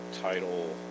Title